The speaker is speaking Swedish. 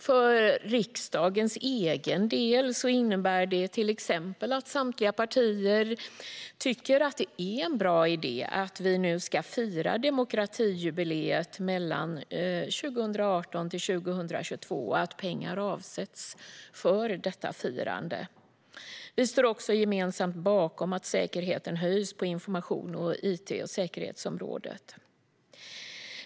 För riksdagens egen del innebär det till exempel att samtliga partier tycker att det är en bra idé att fira demokratijubileet mellan 2018 och 2022 och avsätta pengar för detta firande. Vi står också gemensamt bakom att säkerheten höjs på informations och it-säkerhetsområdet.